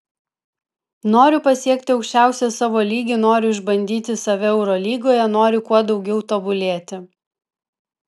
noriu pasiekti aukščiausią savo lygį noriu išbandyti save eurolygoje noriu kuo daugiau tobulėti